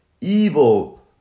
evil